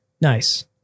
Nice